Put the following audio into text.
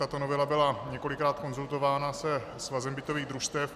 Tato novela byla několikrát konzultována se Svazem bytových družstev.